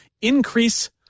increase